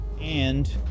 and-